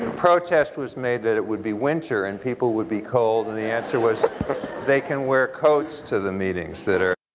protest was made that it would be winter and people would be cold and the answer was they can wear coats to the meetings. ah